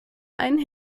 einen